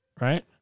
Right